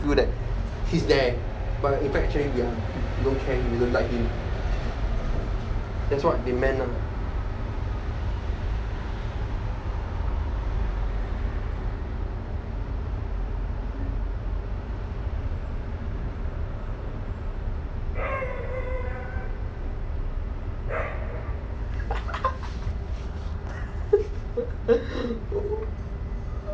feel that he's there but in fact actually we are don't care him we don't like him that's what they meant lah